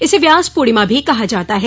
इसे व्यास पूर्णिमा भी कहा जाता है